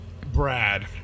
Brad